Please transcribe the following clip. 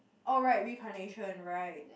oh right reincarnation right